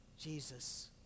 Jesus